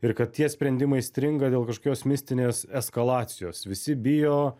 ir kad tie sprendimai stringa dėl kažkokios mistinės eskalacijos visi bijo